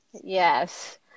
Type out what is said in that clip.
Yes